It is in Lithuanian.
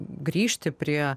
grįžti prie